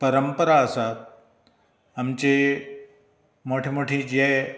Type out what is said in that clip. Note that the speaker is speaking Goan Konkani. परंपरा आसात आमची मोठे मोठे जे